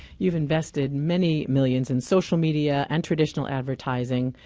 you've invested many millions in social media and traditional advertising,